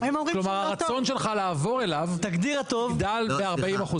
כלומר הרצון שלך לעבור אליו יגדל ב-40%.